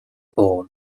pool